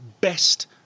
best